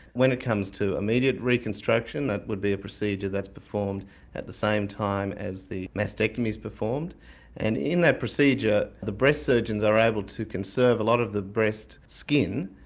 when it comes to immediate reconstruction, that would be a procedure that's performed at the same time as the mastectomy is performed and in that procedure the breast surgeons are able to conserve a lot of the breast skin,